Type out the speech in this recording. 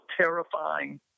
terrifying